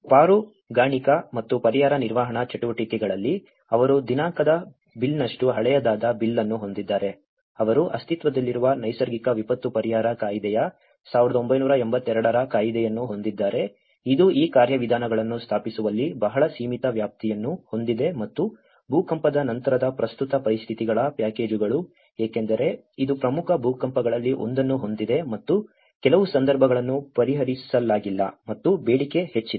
ಈಗ ಪಾರುಗಾಣಿಕಾ ಮತ್ತು ಪರಿಹಾರ ನಿರ್ವಹಣಾ ಚಟುವಟಿಕೆಗಳಲ್ಲಿ ಅವರು ದಿನಾಂಕದ ಬಿಲ್ನಷ್ಟು ಹಳೆಯದಾದ ಬಿಲ್ ಅನ್ನು ಹೊಂದಿದ್ದಾರೆ ಅವರು ಅಸ್ತಿತ್ವದಲ್ಲಿರುವ ನೈಸರ್ಗಿಕ ವಿಪತ್ತು ಪರಿಹಾರ ಕಾಯಿದೆಯ 1982 ರ ಕಾಯಿದೆಯನ್ನು ಹೊಂದಿದ್ದಾರೆ ಇದು ಈ ಕಾರ್ಯವಿಧಾನಗಳನ್ನು ಸ್ಥಾಪಿಸುವಲ್ಲಿ ಬಹಳ ಸೀಮಿತ ವ್ಯಾಪ್ತಿಯನ್ನು ಹೊಂದಿದೆ ಮತ್ತು ಭೂಕಂಪದ ನಂತರದ ಪ್ರಸ್ತುತ ಪರಿಸ್ಥಿತಿಗಳ ಪ್ಯಾಕೇಜುಗಳು ಏಕೆಂದರೆ ಇದು ಪ್ರಮುಖ ಭೂಕಂಪಗಳಲ್ಲಿ ಒಂದನ್ನು ಹೊಂದಿದೆ ಮತ್ತು ಕೆಲವು ಸಂದರ್ಭಗಳನ್ನು ಪರಿಹರಿಸಲಾಗಿಲ್ಲ ಮತ್ತು ಬೇಡಿಕೆ ಹೆಚ್ಚಿದೆ